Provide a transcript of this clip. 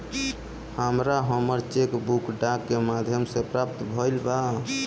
हमरा हमर cheque book डाक के माध्यम से प्राप्त भईल बा